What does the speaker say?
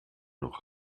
noch